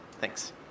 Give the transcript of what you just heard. Thanks